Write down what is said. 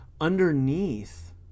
underneath